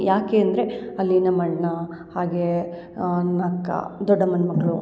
ಯಾಕೆ ಅಂದರೆ ಅಲ್ಲಿ ನಮ್ಮ ಅಣ್ಣ ಹಾಗೇ ನನ್ನ ಅಕ್ಕ ದೊಡ್ಡಮ್ಮನ ಮಗಳು